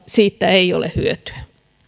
siitä ei ole hyötyä